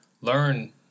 learn